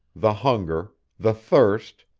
the hunger, the thirst,